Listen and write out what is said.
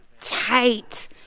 tight